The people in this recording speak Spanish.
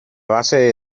base